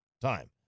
time